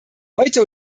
heute